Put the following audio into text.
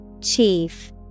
Chief